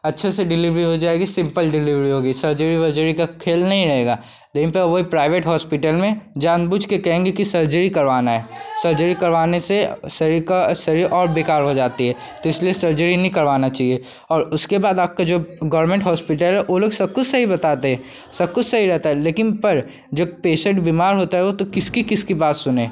अच्छे से डिलेवरी हो जाएगी सिंपल सिम्पल डिलेवरी होगी सर्जरी वर्जरी का खेल नहीं रहेगा लेकिन प वही प्राइवेट होस्पिटल में जान बूझ कर कहेंगे कि सर्जरी करवाना है सर्जरी करवाने शरीर का शरीर और बेकार हो जाता है तो इसलिए सर्जरी नहीं करवाना चाहिए और उसके बाद आपका जो गोरमेंट होस्पिटल है वे लोग सब कुछ सही बताते हैं सब कुछ सही रहता है लेकिन पर जब पेशेंट बिमार होता है वह तो किसकी किसकी बात सुनें